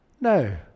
No